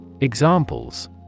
Examples